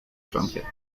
francia